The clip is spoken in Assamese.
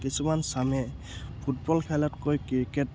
কিছুমান চামে ফুটবল খেলতকৈ ক্ৰিকেট